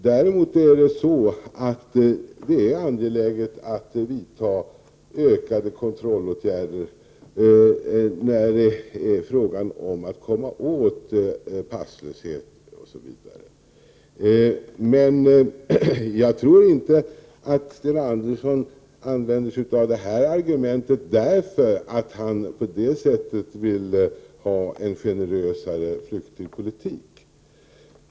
Däremot är det angeläget att vidta fler kontrollåtgärder när det gäller frågan om att komma åt passlösheten osv. Men jag tror inte att Sten Andersson i Malmö använder sig av det här argumentet för att han med detta vill ha en generösare flyktingpolitik.